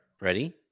Ready